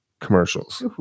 commercials